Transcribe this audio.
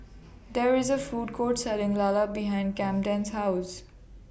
There IS A Food Court Selling Lala behind Kamden's House